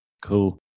Cool